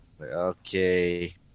okay